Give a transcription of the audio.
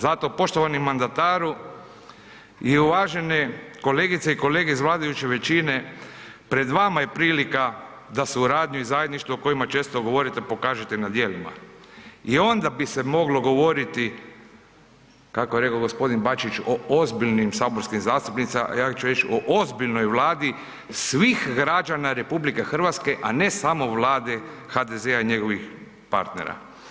Zato poštovani mandataru i uvažene kolegice i kolege iz vladajuće većine pred vama je prilika da suradnju i zajedništvo o kojima često govorite, pokažete na djelima i onda bi se moglo govoriti, kako je rekao g. Bačić, o ozbiljnim saborskim zastupnicima, a ja ću reć o ozbiljnoj vladi svih građana RH, a ne samo vlade HDZ-a i njegovih partnera.